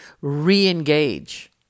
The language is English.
re-engage